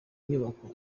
nyubako